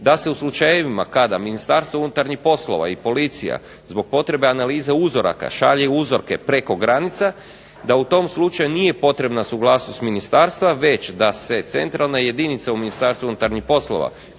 da se u slučajevima kada Ministarstvo unutarnjih poslova i policija zbog potrebe analize uzoraka šalje uzorke preko granica, da u tom slučaju nije potrebna suglasnost ministarstva već da se centralna jedinica u Ministarstvu unutarnjih poslova